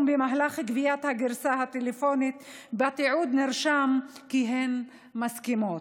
במהלך גביית הגרסה הטלפונית בתיעוד נרשם כי הן מסכימות.